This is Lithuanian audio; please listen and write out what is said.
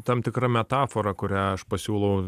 tam tikra metafora kurią aš pasiūlau